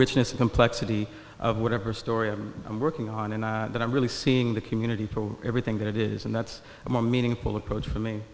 richness of complexity of whatever story i'm working on and that i'm really seeing the community for everything that it is and that's a more meaningful approach for me